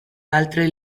altre